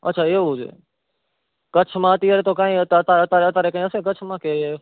અચ્છા એવું છે એમ કચ્છમાં હતી તો ત્યારે કઈ અતા અત્યાર અત્યારે કઈ હસે કચ્છમાં કે